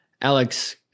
Alex